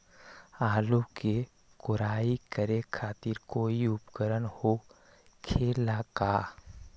आलू के कोराई करे खातिर कोई उपकरण हो खेला का?